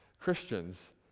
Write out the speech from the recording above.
Christians